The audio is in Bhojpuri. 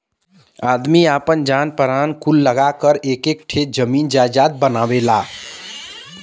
आदमी आपन जान परान कुल लगा क एक एक ठे जमीन जायजात बनावेला